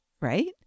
Right